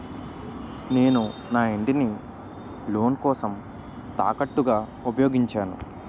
నేను నా ఇంటిని లోన్ కోసం తాకట్టుగా ఉపయోగించాను